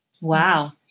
Wow